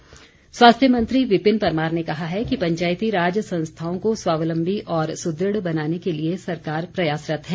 परमार स्वास्थ्य मंत्री विपिन परमार ने कहा है कि पंचायती राज संस्थाओं को स्वावलम्बी और सुदृढ़ बनाने के लिए सरकार प्रयासरत है